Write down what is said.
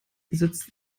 sitzt